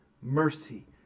mercy